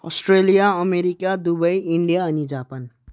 Australia America Dubai India अनि Japan